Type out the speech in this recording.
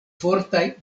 fortaj